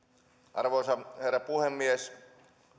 arvoisa herra puhemies